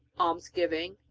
almsgiving,